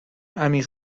عمیق